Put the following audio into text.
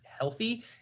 healthy